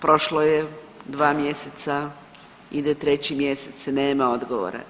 Prošlo je 2 mjeseca, ide 3 mjesec nema odgovora.